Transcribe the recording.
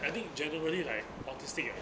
I think generally like autistic eh